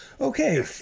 okay